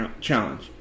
challenge